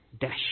dash